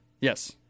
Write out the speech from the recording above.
Yes